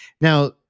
Now